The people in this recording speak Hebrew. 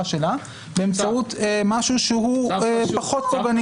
שלה באמצעות משהו שהוא פחות פוגעני.